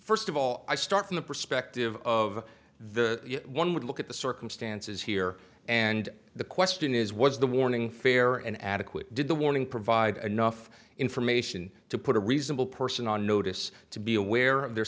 first of all i start from the perspective of the one would look at the circumstances here and the question is was the warning fair and adequate did the warning provide enough information to put a reasonable person on notice to be aware of their